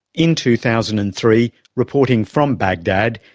in two thousand and three, reporting from baghdad,